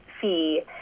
fee